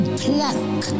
pluck